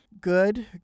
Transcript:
Good